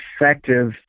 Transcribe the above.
effective